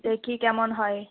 দেখি কেমন হয়